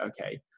okay